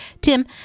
Tim